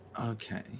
Okay